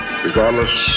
regardless